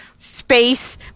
space